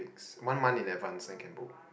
one month in advance then can book